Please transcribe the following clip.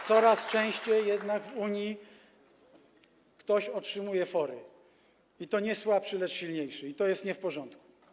Coraz częściej jednak w Unii ktoś otrzymuje fory, i to nie słabszy, lecz silniejszy, i to jest nie w porządku.